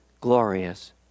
glorious